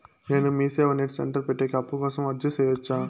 నేను MeeSeva net centre పెట్టేకి అప్పు కోసం అర్జీ సేయొచ్చా?